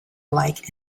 like